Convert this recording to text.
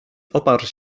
oparł